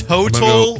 Total